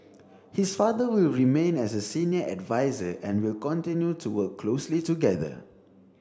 his father will remain as a senior adviser and will continue to work closely together